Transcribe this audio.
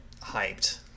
hyped